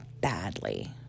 badly